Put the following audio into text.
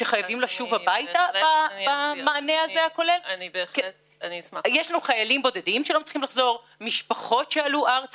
אני מגיש בשם הרשימה המשותפת הצעה לוועדת